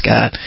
God